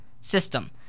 system